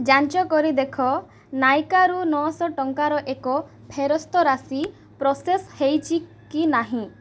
ଯାଞ୍ଚ କରି ଦେଖ ନାଇକାରୁ ନଅଶହ ଟଙ୍କାର ଏକ ଫେରସ୍ତ ରାଶି ପ୍ରୋସେସ୍ ହେଇଛି କି ନାହିଁ